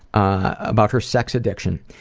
about her sex addiction,